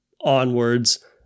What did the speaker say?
onwards